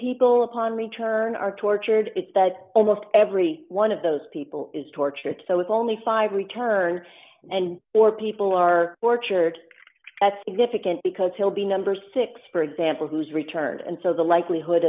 people upon return are tortured it's that almost every one of those people is tortured so it's only five return and four people are orchard that's significant because he'll be number six for example who's returned and so the likelihood